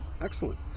Excellent